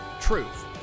Truth